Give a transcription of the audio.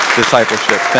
discipleship